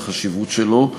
של החשיבות שלו,